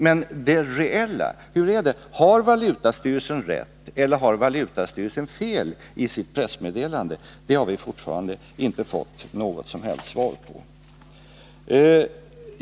Men hur är det reellt: Har valutastyrelsen rätt eller har valutastyrelsen fel i sitt pressmeddelande? Det har vi fortfarande inte fått något som helst svar på.